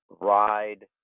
Ride